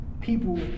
people